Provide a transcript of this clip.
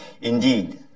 Indeed